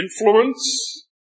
influence